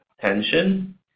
tension